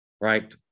Right